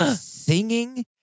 singing